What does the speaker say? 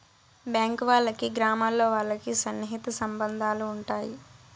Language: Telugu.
బ్యాంక్ వాళ్ళకి గ్రామాల్లో వాళ్ళకి సన్నిహిత సంబంధాలు ఉంటాయి